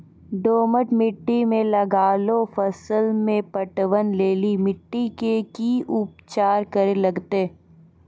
दोमट मिट्टी मे लागलो फसल मे पटवन लेली मिट्टी के की उपचार करे लगते?